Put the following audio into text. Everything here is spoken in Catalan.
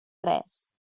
res